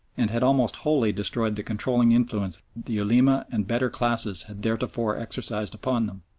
and had almost wholly destroyed the controlling influence the ulema and better classes had theretofore exercised upon them.